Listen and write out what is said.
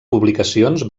publicacions